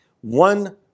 One